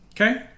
okay